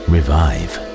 Revive